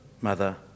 Mother